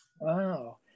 Wow